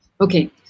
Okay